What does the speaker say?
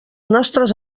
nostres